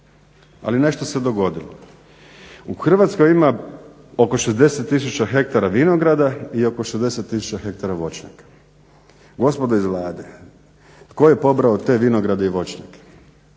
ali nešto se dogodilo. U Hrvatskoj ima oko 60 000 hektara vinograda i oko 60 000 hektara voćnjaka. Gospodo iz Vlade, tko je pobrao te vinograde i voćnjake.